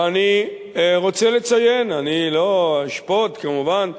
ואני רוצה לציין, אני לא אשפוט, כמובן.